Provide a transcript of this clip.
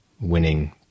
winning